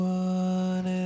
one